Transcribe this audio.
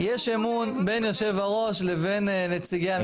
יש אמון בין יושב הראש לבין נציגי הממשלה.